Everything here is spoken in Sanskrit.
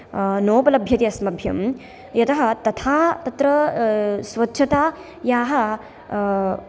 नोपलभ्यते अस्मभ्यं यतः तथा तत्र स्वच्छतायाः